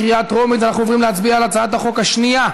חשיפה מרצון של נפגעות ונפגעי תקיפה מינית),